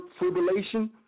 fibrillation